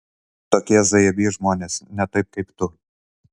tokie zajabys žmonės ne taip kaip tu